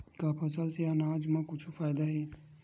का फसल से आनाज मा कुछु फ़ायदा हे?